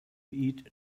eat